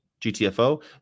GTFO